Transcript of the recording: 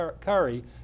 Curry